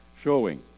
showing